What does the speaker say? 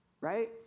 right